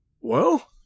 Well